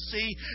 see